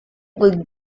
would